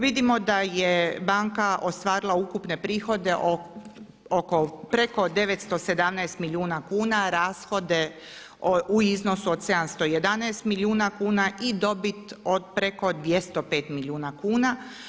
Vidimo da je banka ostvarila ukupne prihode oko preko 917 milijuna kuna, rashode u iznosu od 711 milijuna kuna i dobit od preko 205 milijuna kuna.